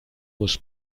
muss